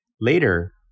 Later